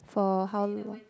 for how long